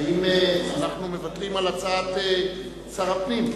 האם אנחנו מוותרים על הצעת שר הפנים?